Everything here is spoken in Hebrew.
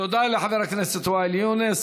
תודה לחבר הכנסת ואאל יונס.